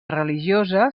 religiosa